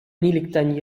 нилектән